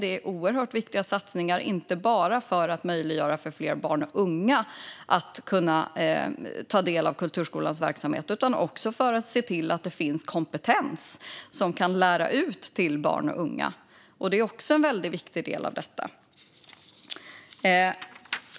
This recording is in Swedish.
Det är oerhört viktiga satsningar, inte bara för att göra det möjligt för fler barn och unga att ta del av kulturskolans verksamhet utan också för att se till att det finns kompetens som kan lära ut till barn och unga. Det är också viktigt.